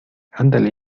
andele